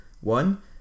one